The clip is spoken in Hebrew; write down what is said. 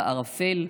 בערפל,